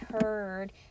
heard